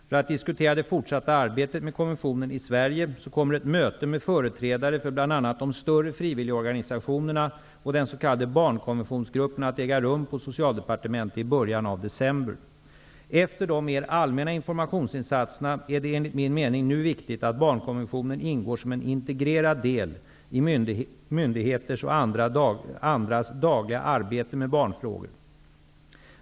För att diskutera det fortsatta arbetet med konventionen i Sverige kommer ett möte med företrädare för bl.a. de större frivilligorganisationerna och den s.k. barnkonventionsgruppen att äga rum på Efter de mer allmänna informationsinsatserna är det enligt min mening nu viktigt att barnkonventionen ingår som en integrerad del i myndigheters och andras dagliga arbete med barnfrågor.